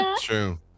True